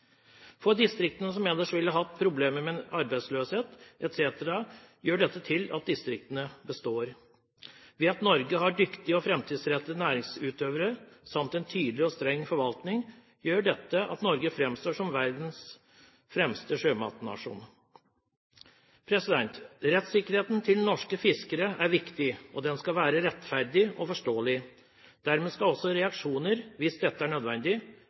For distriktene – som ellers ville hatt problemer med arbeidsløshet etc. – gjør dette sitt til at distriktene består. Det at Norge har dyktige og framtidsrettede næringsutøvere, samt en tydelig og streng forvaltning, gjør at Norge framstår som verdens fremste sjømatnasjon. Rettssikkerheten til norske fiskere er viktig, og den skal være rettferdig og forståelig. Dermed skal også reaksjoner – hvis dette er nødvendig